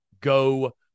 go